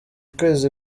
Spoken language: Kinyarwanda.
kwezi